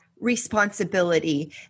responsibility